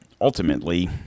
ultimately